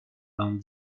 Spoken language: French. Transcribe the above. vingt